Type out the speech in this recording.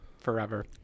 forever